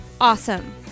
awesome